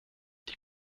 die